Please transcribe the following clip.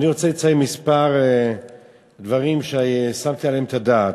אני רוצה לציין כמה דברים שנתתי עליהם את הדעת.